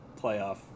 playoff